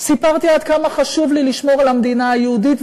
סיפרתי עד כמה חשוב לי לשמור על המדינה היהודית,